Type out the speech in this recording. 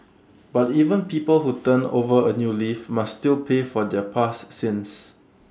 but even people who turn over A new leaf must still pay for their past sins